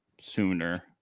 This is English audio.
sooner